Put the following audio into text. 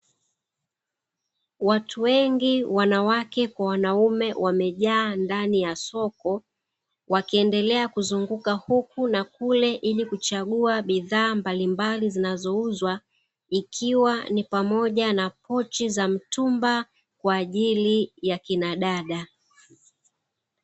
Watu wengi wanawake kwa wanaume wamejaa ndani ya soko wakiendelea kuzunguka, huku na kule ili kuchagua bidhaa mbalimbali zinazouzwa ikiwa ni pamoja na pochi za mtumba kwaajili ya akina dada.